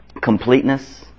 completeness